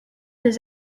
des